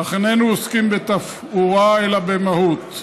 אך איננו עוסקים בתפאורה אלא במהות.